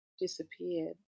disappeared